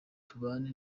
tubane